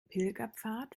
pilgerpfad